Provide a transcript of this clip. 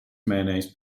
mayonnaise